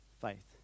faith